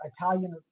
Italian